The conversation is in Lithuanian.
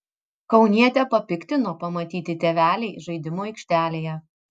kaunietę papiktino pamatyti tėveliai žaidimų aikštelėje